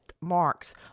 marks